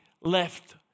left